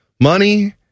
money